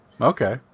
okay